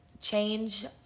change